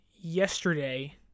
yesterday